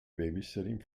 babysitting